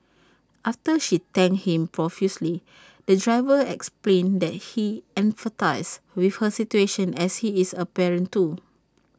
after she thanked him profusely the driver explained that he empathised with her situation as he is A parent too